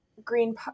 Green